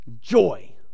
joy